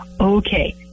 Okay